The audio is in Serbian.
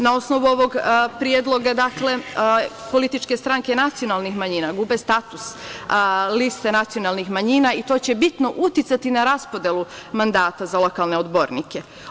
Na osnovu ovog predloga, političke stranke nacionalnih manjina gube status liste nacionalnih manjina i to će bitno uticati na raspodelu mandata za lokalne odbornike.